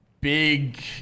big